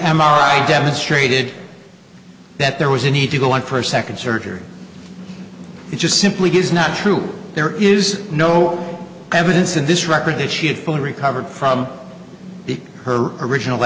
i demonstrated that there was a need to go on for a second surgery it just simply does not true there is no evidence in this record that she had fully recovered from the her original